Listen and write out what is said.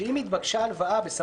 "חוק המפלגות" חוק המפלגות,